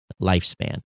lifespan